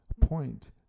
point